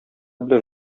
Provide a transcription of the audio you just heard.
белән